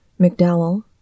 McDowell